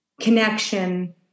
connection